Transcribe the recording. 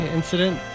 incident